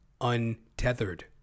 untethered